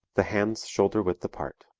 the hands shoulder-width apart.